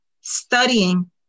studying